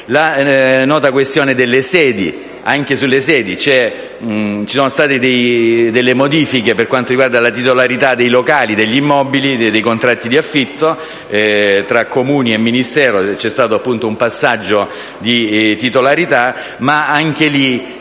la nota questione delle sedi: anche su questo punto ci sono state delle modifiche per quanto riguarda la titolarità degli immobili e dei contratti di affitto. Tra Comuni e Ministero c'è stato appunto un passaggio di titolarità, ma anche in